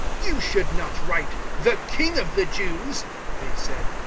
you should not write the king of the jews they said,